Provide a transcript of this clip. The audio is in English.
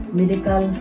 medical